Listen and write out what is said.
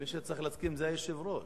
מי שצריך להסכים זה היושב-ראש.